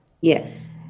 Yes